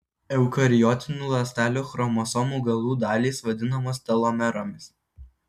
eukariotinių ląstelių chromosomų galų dalys vadinamos telomeromis